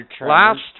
last